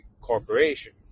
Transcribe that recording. corporation